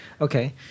Okay